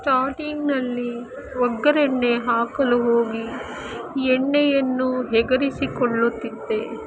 ಸ್ಟಾಟಿಂಗ್ನಲ್ಲಿ ಒಗ್ಗರಣೆ ಹಾಕಲು ಹೋಗಿ ಎಣ್ಣೆಯನ್ನು ಎಗರಿಸಿಕೊಳ್ಳುತ್ತಿದ್ದೆ